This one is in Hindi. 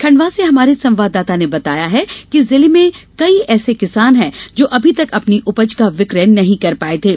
खंडवा से हमारे संवाददाता ने बताया है कि जिले में कई ऐसे किसान है जो अभी तक अपनी उपज का विकय नहीं कर पाये थे